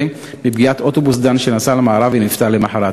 מפגיעת אוטובוס "דן" שנסע למערב ונפטר למחרת.